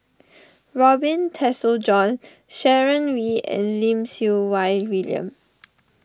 Robin Tessensohn Sharon Wee and Lim Siew Wai William